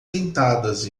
sentadas